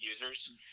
users